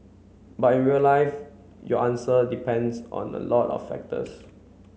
but in real life your answer depends on a lot of factors